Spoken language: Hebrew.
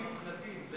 הדברים מוקלטים,